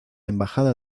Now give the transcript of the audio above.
embajada